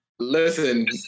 Listen